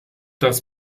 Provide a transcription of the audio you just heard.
das